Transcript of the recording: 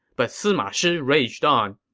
but sima shi raged on.